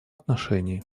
отношении